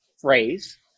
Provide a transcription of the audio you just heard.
phrase